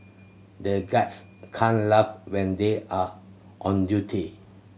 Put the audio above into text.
the guards can't laugh when they are on duty